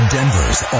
Denver's